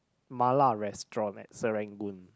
Mala restaurant at Serangoon